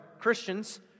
Christians